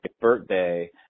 birthday